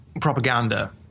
propaganda